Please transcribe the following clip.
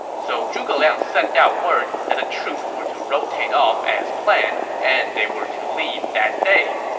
so zhuge liang sent out word that the troops were to rotate off as planned and they were to leave that day.